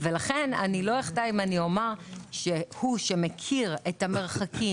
ולכן אני לא אחטא אם אני אומר שהוא שמכיר את המרחקים,